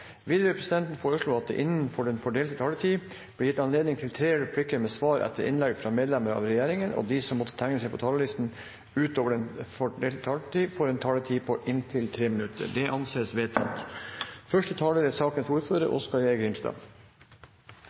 Videre vil presidenten foreslå at det gis anledning til replikkordskifte på inntil tre replikker med svar etter innlegg fra medlem av regjeringen innenfor den fordelte taletid. Videre blir det foreslått at de som måtte tegne seg på talerlisten utover den fordelte taletid, får en taletid på inntil 3 minutter. – Det anses vedtatt.